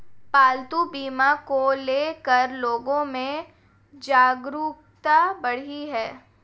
पालतू बीमा को ले कर लोगो में जागरूकता बढ़ी है